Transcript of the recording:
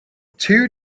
two